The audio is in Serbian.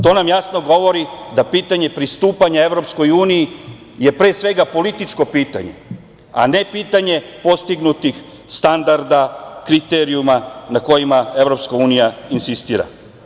To nam jasno govori da pitanje pristupanja EU je pre svega političko pitanje, a ne pitanje postignutih standarda, kriterijuma na kojima EU insistira.